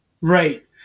Right